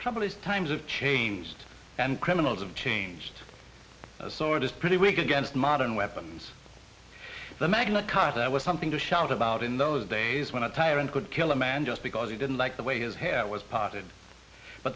companies times have changed and criminals have changed a sword is pretty weak against modern weapons the magna carta was something to shout about in those days when a tyrant could kill a man just because he didn't like the way his hair was p